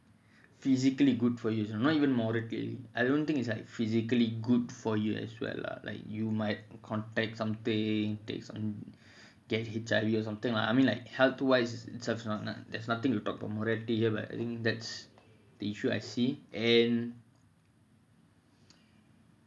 physically good for you lah it's not even moral thing I don't think it's like physically good for you as well lah like you might contact something like get H_I_V or something lah I mean like health wise's not even good don't talk about morality here but I think that's the issue I see and